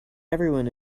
everyone